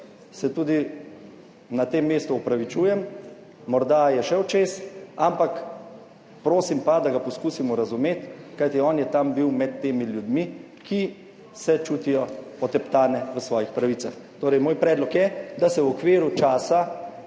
se tudi na tem mestu opravičujem, morda je šel čez, ampak prosim pa, da ga poskusimo razumeti, kajti on je tam bil med temi ljudmi, ki se čutijo poteptane v svojih pravicah. Torej, moj predlog je, da se v okviru časa,